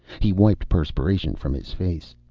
he wiped perspiration from his face.